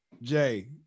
Jay